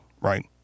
right